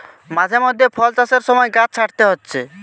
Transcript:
মাঝে মধ্যে ফল চাষের সময় গাছ ছাঁটতে হচ্ছে